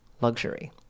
luxury